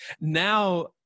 Now